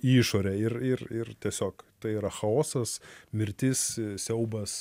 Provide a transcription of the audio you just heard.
į išorę ir ir ir tiesiog tai yra chaosas mirtis siaubas